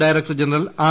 director general R